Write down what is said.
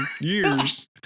years